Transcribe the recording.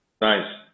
Nice